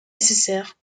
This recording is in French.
nécessaire